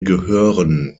gehören